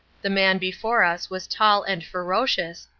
the man before us was tall and ferocious,